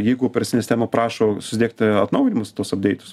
jeigu operacinė stema prašo susidiegt atnaujinimus tuos apdeitus